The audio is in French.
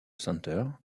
center